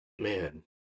Man